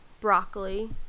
broccoli